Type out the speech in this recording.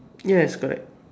yes correct